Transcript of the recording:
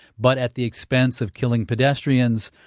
but at the expense of killing pedestrians,